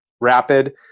RAPID